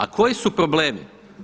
A koji su problemi?